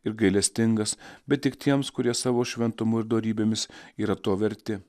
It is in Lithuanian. ir gailestingas bet tik tiems kurie savo šventumu ir dorybėmis yra to verti